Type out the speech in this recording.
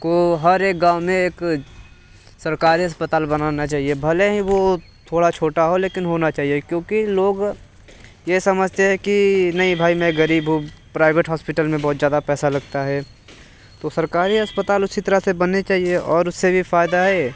को हर एक गाँव में एक सरकारी अस्पताल बनाना चाहिए भले ही वो थोड़ा छोटा हो लेकिन होना चाहिए क्योंकि लोग ये समझते हैं कि नहीं भाई मैं गरीब हूँ प्राइवेट हॉस्पिटल में बहुत ज्यादा पैसा लगता है तो सरकारी अस्पताल उसी तरह से बनने चाहिए और उससे भी फ़ायदा है